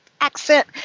accent